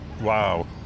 wow